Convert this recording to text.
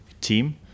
team